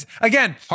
Again